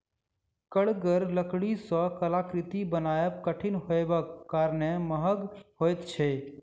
कड़गर लकड़ी सॅ कलाकृति बनायब कठिन होयबाक कारणेँ महग होइत छै